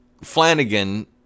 Flanagan